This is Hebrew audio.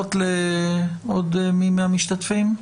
הערות לעוד מי מהמשתתפים?